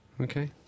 Okay